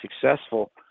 successful